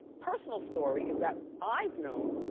personal story is that i've known.